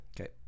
okay